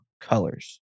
colors